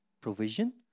provision